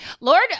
Lord